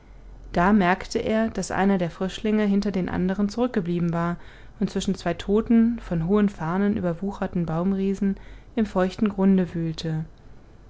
da merkte er daß einer der frischlinge hinter den anderen zurückgeblieben war und zwischen zwei toten von hohen farnen überwucherten baumriesen im feuchten grunde wühlte